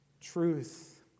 truth